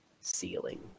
ceiling